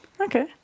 Okay